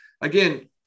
again